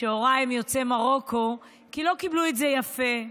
שהוריי הם יוצאי מרוקו, כי לא קיבלו את זה יפה.